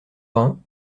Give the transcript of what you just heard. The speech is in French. vingt